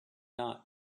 not